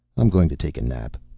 i'm going to take a nap.